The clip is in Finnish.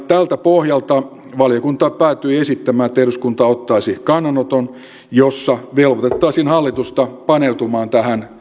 tältä pohjalta valiokunta päätyi esittämään että eduskunta ottaisi kannanoton jossa velvoitettaisiin hallitusta paneutumaan